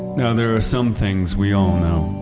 now there are some things we all know,